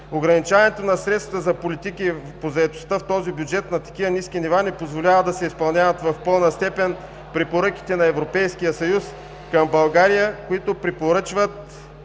Ограничаването на средствата за политики по заетостта в този бюджет на такива ниски нива не позволява да се изпълняват в пълна степен препоръките на Европейския съюз към България, които препоръчват…